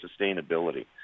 sustainability